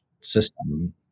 system